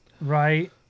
Right